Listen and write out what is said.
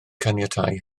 caniatáu